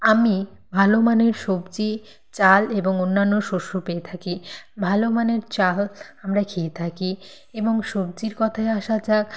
আমি ভালো মানের সবজি চাল এবং অন্যান্য শস্য পেয়ে থাকি ভালো মনের চাল আমরা খেয়ে থাকি এবং সবজির কথায় আসা যাক